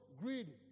greed